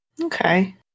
Okay